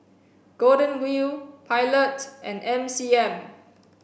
Golden Wheel Pilot and M C M